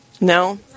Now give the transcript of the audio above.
No